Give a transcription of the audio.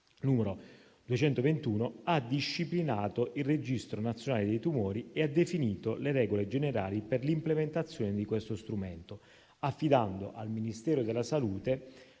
n. 221, ha disciplinato il registro nazionale dei tumori e ha definito le regole generali per l'implementazione di questo strumento, affidando al Ministero della salute